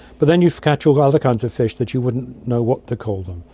but then you'd catch all other kinds of fish that you wouldn't know what to call them.